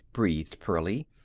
breathed pearlie,